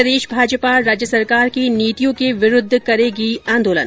प्रदेश भाजपा राज्य सरकार की नीतियों के विरूद्व करेगी आंदोलन